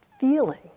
feeling